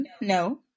No